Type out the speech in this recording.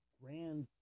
grand